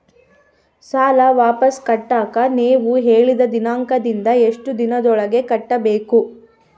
ಸಾಲ ವಾಪಸ್ ಕಟ್ಟಕ ನೇವು ಹೇಳಿದ ದಿನಾಂಕದಿಂದ ಎಷ್ಟು ದಿನದೊಳಗ ಕಟ್ಟಬೇಕು?